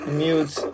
mute